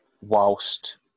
whilst